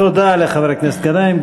תודה לחבר הכנסת גנאים.